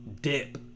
dip